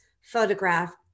photograph